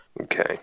Okay